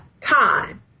time